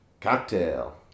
Cocktail